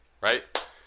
right